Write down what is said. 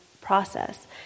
process